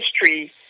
history